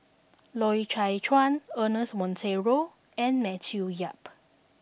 Loy Chye Chuan Ernest Monteiro and Matthew Yap